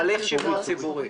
הליך שימוע ציבורי.